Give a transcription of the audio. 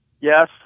Yes